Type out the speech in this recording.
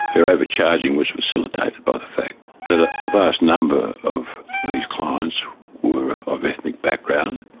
their overcharging was facilitated by the fact that a ah vast number of these clients were of ethnic background,